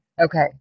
okay